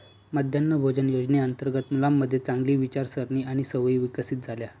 मध्यान्ह भोजन योजनेअंतर्गत मुलांमध्ये चांगली विचारसारणी आणि सवयी विकसित झाल्या